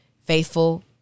faithful